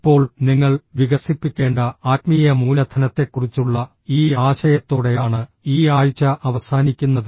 ഇപ്പോൾ നിങ്ങൾ വികസിപ്പിക്കേണ്ട ആത്മീയ മൂലധനത്തെക്കുറിച്ചുള്ള ഈ ആശയത്തോടെയാണ് ഈ ആഴ്ച അവസാനിക്കുന്നത്